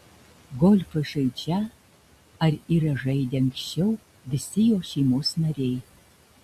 golfą žaidžią ar yra žaidę anksčiau visi jo šeimos nariai